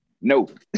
Nope